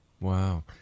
Wow